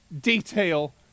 detail